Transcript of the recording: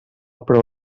prou